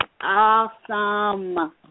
awesome